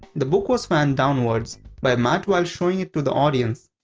the book was fanned downwards by mat while showing it to the audience.